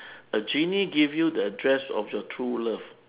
a genie give you the address of your true love